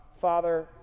Father